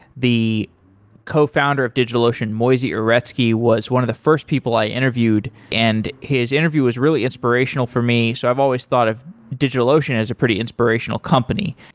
the co-founder of digitalocean moisey uretsky was one of the first people i interviewed and his interview was really inspirational for me, so i've always thought of digitalocean as a pretty inspirational company.